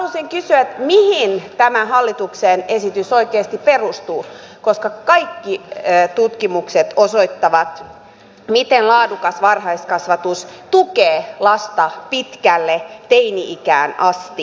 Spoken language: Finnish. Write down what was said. halusin kysyä mihin tämä hallituksen esitys oikeasti perustuu koska kaikki tutkimukset osoittavat miten laadukas varhaiskasvatus tukee lasta pitkälle teini ikään asti